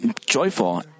joyful